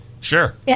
Sure